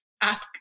ask